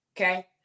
Okay